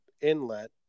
inlet